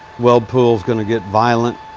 weld pool is gonna get violent.